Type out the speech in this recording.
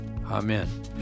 amen